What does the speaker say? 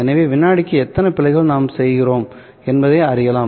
எனவே வினாடிக்கு எத்தனை பிழைகளை நாம் செய்கிறோம் என்பதை அறியலாம்